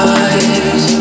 eyes